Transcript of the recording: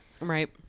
Right